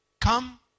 Come